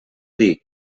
dir